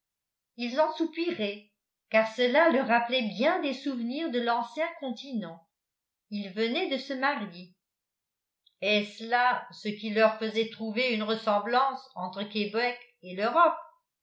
ils en soupiraient car cela leur rappelait bien des souvenirs de l'ancien continent ils venaient de se marier est-ce là ce qui leur faisait trouver une ressemblance entre québec et l'europe